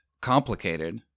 complicated